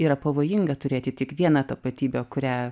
yra pavojinga turėti tik vieną tapatybę kurią